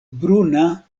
bruna